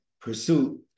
pursuit